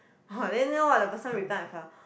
!huh! then you know what the person replied my father